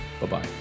Bye-bye